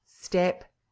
step